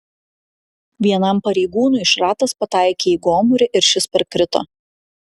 vienam pareigūnui šratas pataikė į gomurį ir šis parkrito